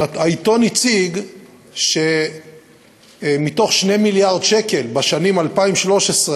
העיתון הציג שמ-2 מיליארד שקל בשנים 2013,